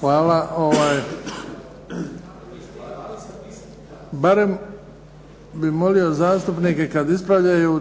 Hvala. Barem bi molio zastupnike